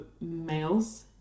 males